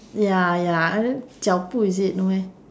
ya ya either jiao bu is it no meh